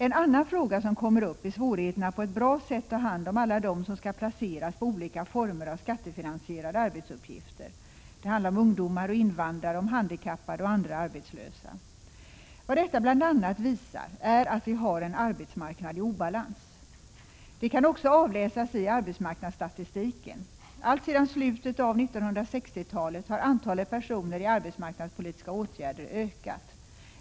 En annan fråga som kommer upp är svårigheterna att på ett bra sätt ta hand om alla dem som skall placeras på olika former av skattefinansierade arbetsuppgifter. Det handlar om ungdomar och invandrare, om handikappade och andra arbetslösa. Vad detta bl.a. visar är att vi har en arbetsmarknad i obalans. Det kan också avläsas i arbetsmarknadsstatistiken. Alltsedan slutet av 1960-talet har antalet personer i arbetsmarknadspolitiska åtgärder ökat.